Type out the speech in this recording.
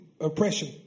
oppression